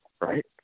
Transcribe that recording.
right